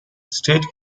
state